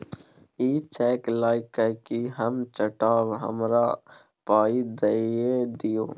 इ चैक लए कय कि हम चाटब? हमरा पाइ दए दियौ